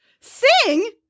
Sing